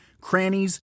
crannies